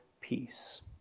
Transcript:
peace